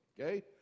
Okay